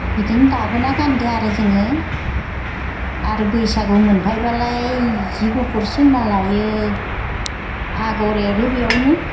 बिदिनो दाबोना गान्दो आरो जोङो आरो बैसागु मोनफायबालाय जि गुफुर सोंना लायो आगर एरो बेयावनो